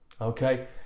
okay